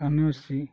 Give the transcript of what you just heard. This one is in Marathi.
आमयूसी